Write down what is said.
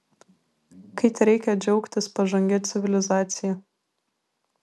kai tereikia džiaugtis pažangia civilizacija